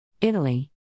Italy